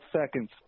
seconds